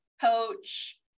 coach